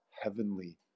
Heavenly